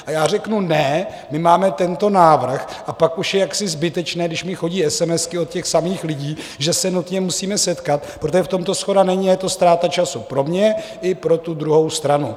A já řeknu ne, my máme tento návrh, a pak už je jaksi zbytečné, když mi chodí esemesky od těch samých lidí, že se nutně musíme setkat, protože v tomto shoda není a je to ztráta času pro mě i pro tu druhou stranu.